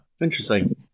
Interesting